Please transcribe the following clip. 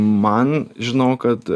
man žinau kad